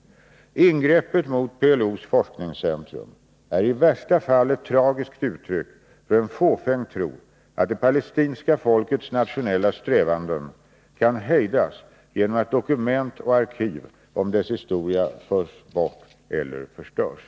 Ingreppet mot PLO:s forskningscentrum är i värsta fall ett tragiskt uttryck för en fåfäng tro att det palestinska folkets nationella strävanden kan hejdas genom att dokument och arkiv om dess historia förs bort eller förstörs.